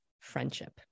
friendship